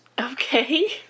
Okay